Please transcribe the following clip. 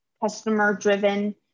customer-driven